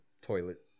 toilet